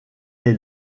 est